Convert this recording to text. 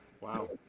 wow